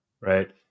right